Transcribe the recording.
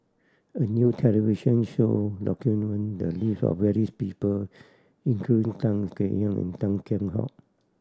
a new television show documented the live of various people including Tan Kek Hiang Tan Kheam Hock